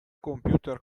computer